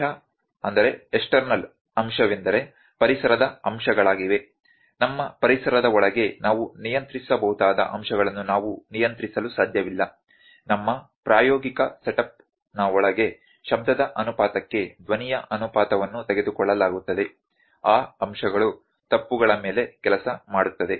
ಬಾಹ್ಯ ಅಂಶವೆಂದರೆ ಪರಿಸರದ ಅಂಶಗಳಾಗಿವೆ ನಮ್ಮ ಪರಿಸರದ ಒಳಗೆ ನಾವು ನಿಯಂತ್ರಿಸಬಹುದಾದ ಅಂಶಗಳನ್ನು ನಾವು ನಿಯಂತ್ರಿಸಲು ಸಾಧ್ಯವಿಲ್ಲ ನಮ್ಮ ಪ್ರಾಯೋಗಿಕ ಸೆಟಪ್ ನಒಳಗೆ ಶಬ್ದದ ಅನುಪಾತಕ್ಕೆ ಧ್ವನಿಯ ಅನುಪಾತವನ್ನು ತೆಗೆದುಕೊಳ್ಳಲಾಗುತ್ತದೆ ಆ ಅಂಶಗಳು ತಪ್ಪುಗಳ ಮೇಲೆ ಕೆಲಸ ಮಾಡುತ್ತದೆ